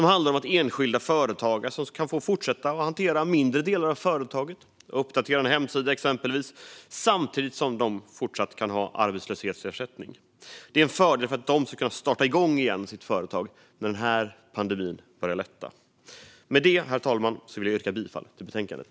De handlar om att enskilda företagare kan få fortsätta att hantera mindre delar i företaget, exempelvis uppdatera en hemsida, samtidigt som de kan fortsätta ha arbetslöshetsersättning. Det är en fördel för att de ska kunna starta igång sitt företag igen när pandemin börjar lätta. Herr talman! Med det vill jag yrka bifall till utskottets förslag i betänkandet.